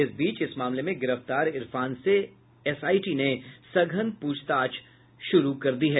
इस बीच इस मामले में गिरफ्तार इरफान से एसआईटी ने सघन पूछताछ शुरू कर दी है